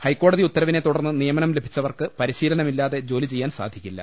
ഹൈക്കോടതി ഉത്തരവിനെ തുടർന്ന് നിയമനം ലഭിച്ച വർക്ക് പരിശീലനമില്ലാതെ ജോലി ചെയ്യാൻ സാധിക്കി ല്ല